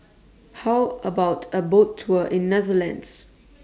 How about A Boat Tour in Netherlands